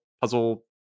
puzzle